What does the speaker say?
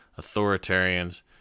authoritarians